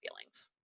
feelings